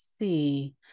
see